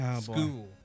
School